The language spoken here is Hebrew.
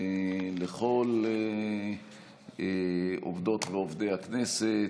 לכל עובדות ועובדי הכנסת,